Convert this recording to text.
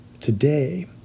Today